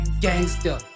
gangster